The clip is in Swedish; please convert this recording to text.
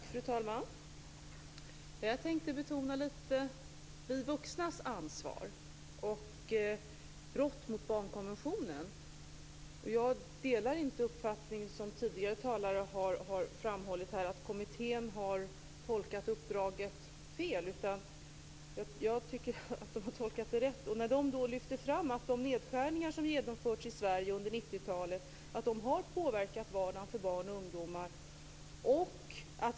Fru talman! Jag tänkte betona vuxnas ansvar och brott mot barnkonventionen. Jag delar inte den uppfattning som tidigare talare har framhållit att kommittén har tolkat uppdraget fel, utan jag tycker att den har tolkat det rätt. Den lyfter fram att de nedskärningar som har genomförts i Sverige under 90-talet har påverkat vardagen för barn och ungdomar.